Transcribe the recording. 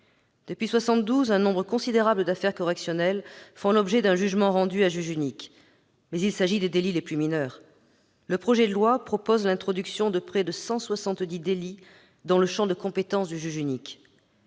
Depuis 1972, un nombre considérable d'affaires correctionnelles font l'objet d'un jugement rendu à juge unique, mais il s'agit des délits les plus mineurs. Le projet de loi prévoit l'introduction de près de 170 délits dans le champ de compétence du juge unique